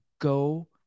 go